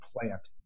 plant